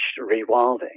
rewilding